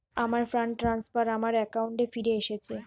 আমার fund transfer আমার অ্যাকাউন্টে ফিরে এসেছে